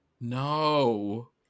No